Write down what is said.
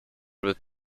with